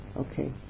Okay